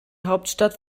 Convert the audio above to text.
hauptstadt